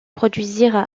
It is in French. produisirent